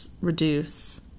reduce